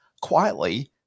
Quietly